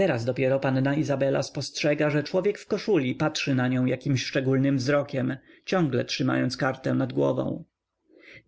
teraz dopiero panna izabela spostrzega że człowiek w koszuli patrzy na nią jakimś szczególnym wzrokiem ciągle trzymając kartę nad głową